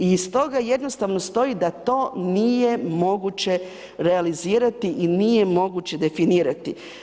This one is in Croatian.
I stoga jednostavno stoji da to nije moguće realizirati i nije moguće definirati.